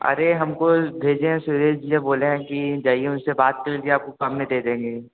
अरे हम को भेजे हैं सुरेश जी बोले हैं कि जाइए उन से बात कर लीजिए आपको कम में दे देंगे